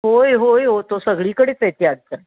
होय होय हो तो सगळीकडेच आहे ते आत्ता